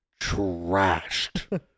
trashed